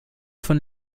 von